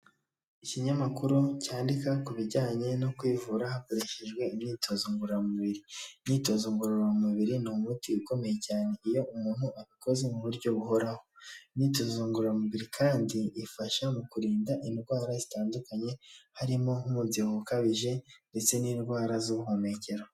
Ikinyamakuru cyandika ku bijyanye no kwivura hakoreshejwe imyitozo ngororamubiri, imyitozo ngororamubiri ni umuti ukomeye cyane, iyo umuntu abikoze mu buryo buhoraho, imyitozo ngororamubiri kandi ifasha mu kurinda indwara zitandukanye harimo nk'umubyibuho ukabije ndetse n'indwara z'ubuhumekero.